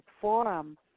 forum